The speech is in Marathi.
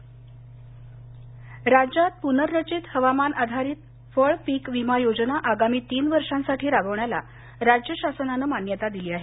भुसे राज्यात पुनर्रचित हवामान आधारित फळपीक विमा योजना आगामी तीन वर्षांसाठी राबवण्याला राज्य शासनानं मान्यता दिली आहे